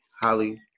holly